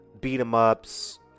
beat-em-ups